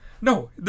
No